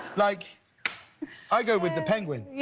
like i go with the penguin. yeah